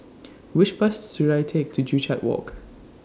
Which Bus should I Take to Joo Chiat Walk